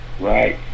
Right